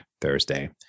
Thursday